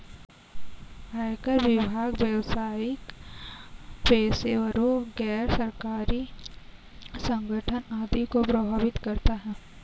आयकर विभाग व्यावसायिक पेशेवरों, गैर सरकारी संगठन आदि को प्रभावित करता है